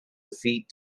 defeat